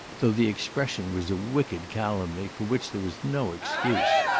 though the expression was a wicked calumny for which there was no excuse.